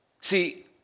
See